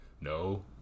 No